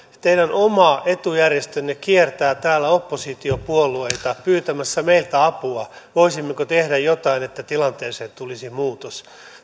teidän oma etujärjestönne kiertää täällä oppositiopuolueita pyytämässä meiltä apua voisimmeko tehdä jotain että tilanteeseen tulisi muutos